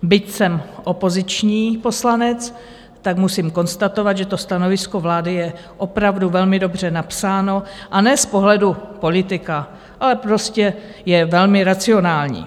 Byť jsem opoziční poslanec, musím konstatovat, že to stanovisko vlády je opravdu velmi dobře napsáno, a ne z pohledu politika, ale prostě je velmi racionální.